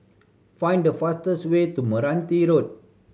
find the fastest way to Meranti Road